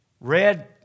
red